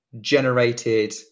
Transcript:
generated